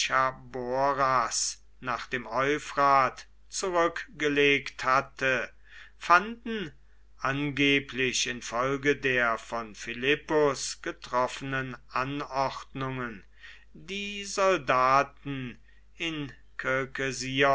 nach dem euphrat zurückgelegt hatte fanden angeblich infolge der von philippus getroffenen anordnungen die soldaten in